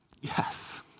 Yes